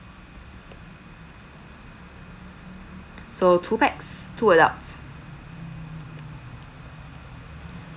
so two pax two adults